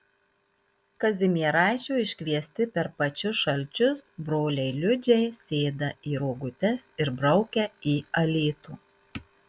kazimieraičio iškviesti per pačius šalčius broliai liudžiai sėda į rogutes ir braukia į alytų